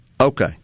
Okay